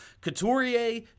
Couturier